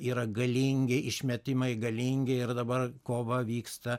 yra galingi išmetimai galingi ir dabar kova vyksta